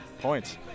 points